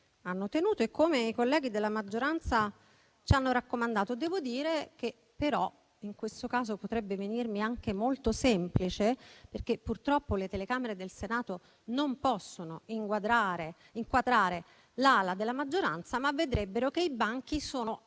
hanno tenuto e come i colleghi della maggioranza ci hanno raccomandato. Devo dire che, però, in questo caso potrebbe venirmi anche molto semplice, perché purtroppo le telecamere del Senato non possono inquadrare l'ala della maggioranza, ma vedrebbero che i banchi sono